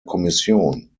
kommission